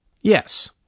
Yes